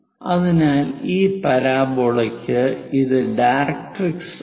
അതിനാൽ ഈ പരാബോളയ്ക്ക് ഇത് ഡയറക്ട്രിക്സ് ആണ്